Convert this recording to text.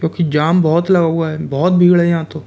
क्योंकि जाम बहुत लगा हुआ है बहुत भीड़ है यहाँ तो